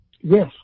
Yes